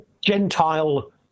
Gentile